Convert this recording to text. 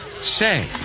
Say